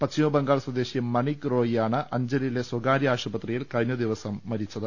പശ്ചിമബംഗാൾ സ്വദേശി മണിക് റോയിയാണ് അഞ്ചലിലെ സ്വകാര്യ ആശുപത്രിയിൽ കഴിഞ്ഞ ദിവസം മരിച്ചത്